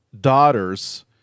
daughters